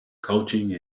coaching